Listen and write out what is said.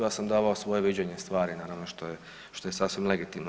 Ja sam davao svoje viđenje stvari, naravno što je, što je sasvim legitimno.